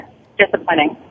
Disappointing